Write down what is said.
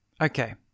Okay